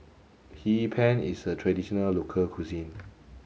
Hee Pan is a traditional local cuisine